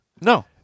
No